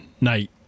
night